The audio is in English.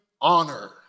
honor